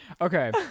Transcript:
Okay